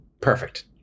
Perfect